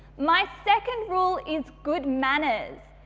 my second rule is good manners,